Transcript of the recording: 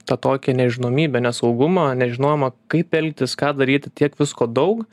tą tokią nežinomybę nesaugumą nežinojomą kaip elgtis ką daryti tiek visko daug